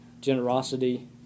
Generosity